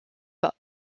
pas